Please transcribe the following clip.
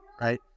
right